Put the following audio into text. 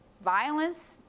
violence